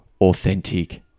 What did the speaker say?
authentic